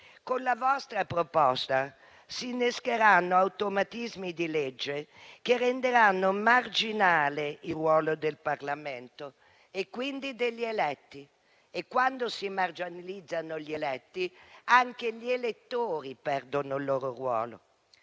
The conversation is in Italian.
con la vostra proposta si innescheranno automatismi di legge che renderanno marginale il ruolo del Parlamento e quindi degli eletti e quando si marginalizzano gli eletti, anche gli elettori perdono il loro ruolo.